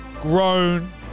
grown